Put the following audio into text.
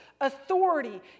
authority